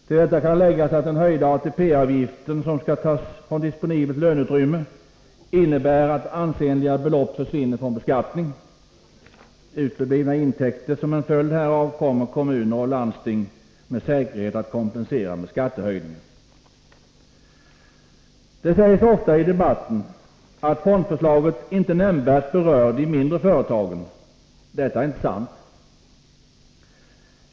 Till detta kan läggas att den höjda ATP-avgiften som skall tas från disponibelt löneutrymme innebär att ansenliga belopp försvinner från beskattning. Uteblivna intäkter som en följd härav kommer kommuner och landsting med säkerhet att kompensera med skattehöjningar. Det sägs ofta i debatten att fondförslaget inte nämnvärt berör de mindre företagen. Detta är inte sant.